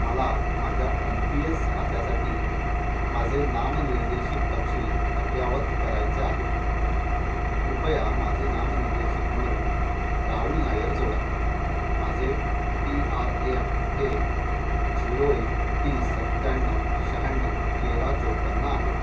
मला माझ्या N P S खात्यासाठी माझे नाम निर्देशित तपशील अद्ययावत करायचे आहेत कृपया माझे नाम निर्देशित म्हणून राहुल नायर जोडा माझे पी आर ए एन हे झिरो एक तीस सत्याण्णव शह्याण्णव तेरा चोपन्न आहे